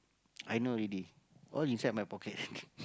I know already all inside my pocket